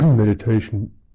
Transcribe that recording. Meditation